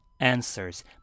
Answers